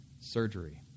surgery